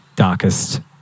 Darkest